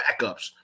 backups